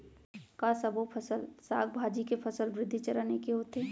का सबो फसल, साग भाजी के फसल वृद्धि चरण ऐके होथे?